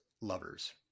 lovers